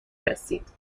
رسید